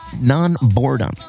non-boredom